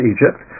Egypt